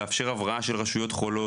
לאפשר הבראה של רשויות חולות.